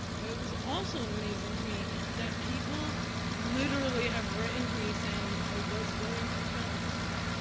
but it was also amazing to me that people literally have written to me saying, i was going to kill myself.